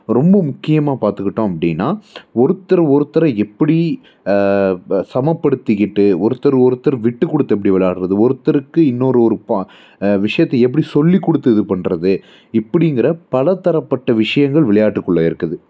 ரொம்ப முக்கியமாக பார்த்துக்கிட்டோம் அப்படின்னா ஒருத்தரை ஒருத்தர எப்படி ப சமப்படுத்துக்கிட்டு ஒருத்தர் ஒருத்தர் விட்டுக்கொடுத்து எப்படி விளையாடுகிறது ஒருத்தருக்கு இன்னொரு ஒரு ப விஷயத்தை எப்படி சொல்லிக் கொடுத்து இது பண்ணுறது இப்படிங்குற பலத்தரப்பட்ட விஷயங்கள் விளையாட்டுக்குள்ளே இருக்குது